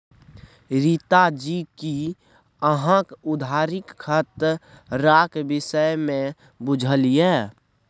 रीता जी कि अहाँक उधारीक खतराक विषयमे बुझल यै?